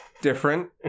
different